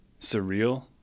surreal